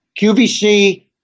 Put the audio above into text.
QVC